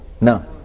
No